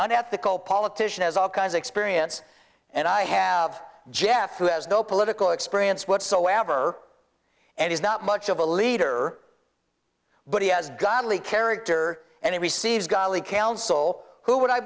an ethical politician has all kinds experience and i have jeff who has no political experience whatsoever and he's not much of a leader but he has godly character and he receives golly counsel who would i